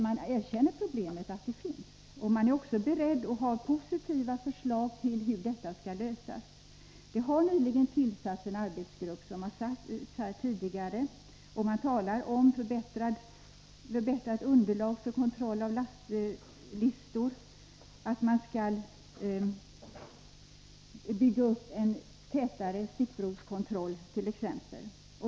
Man erkänner att problemet finns och har positiva förslag till hur det skall kunna lösas. Det har, som det har sagts här tidigare, nyligen tillsatts en arbetsgrupp. Det talas t.ex. om förbättrat underlag för kontroll av lastlistor och om en tätare stickprovskontroll.